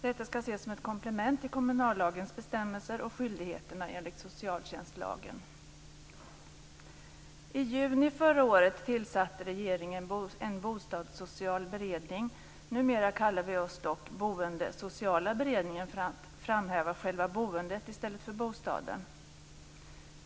Detta skall ses som ett komplement till kommunallagens bestämmelser och skyldigheterna enligt socialtjänstlagen. I juni förra året tillsatte regeringen en bostadssocial beredning. Numera kallar vi den en boendesocial beredning för att framhäva själva boendet i stället för bostaden.